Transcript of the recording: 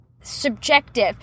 subjective